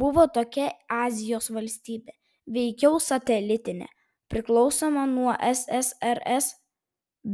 buvo tokia azijos valstybė veikiau satelitinė priklausoma nuo ssrs